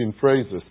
phrases